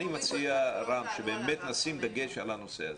אני מציע, רם, שבאמת נשים דגש על הנושא הזה.